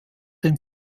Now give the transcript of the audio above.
den